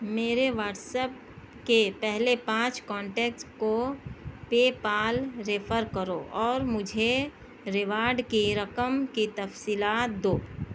میرے WhatsApp کے پہلے پانچ کانٹیکٹس کو پے پال ریفر کرو اور مجھے ریوارڈ کی رقم کی تفصیلات دو